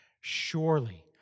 Surely